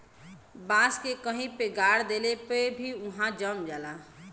बांस के कहीं पे गाड़ देले पे भी उहाँ जम जाला